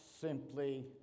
simply